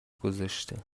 گذاشته